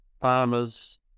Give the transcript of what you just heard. farmers